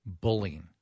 bullying